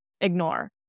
ignore